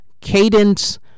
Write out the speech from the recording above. Cadence